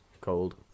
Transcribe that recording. cold